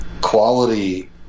quality